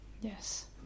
Yes